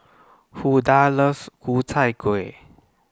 Hulda loves Ku Chai Kuih